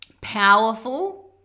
powerful